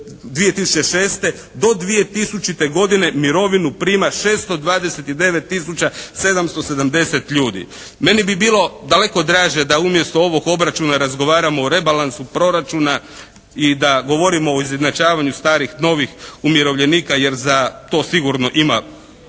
2006., do 2000. godine mirovinu prima 629 tisuća 770 ljudi. Meni bi bilo daleko draže da umjesto ovog obračuna razgovaramo o rebalansu proračuna i da govorimo o izjednačavanju starih, novih umirovljenika jer za to sigurno ima